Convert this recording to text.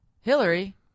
Hillary